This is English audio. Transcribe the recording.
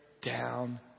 down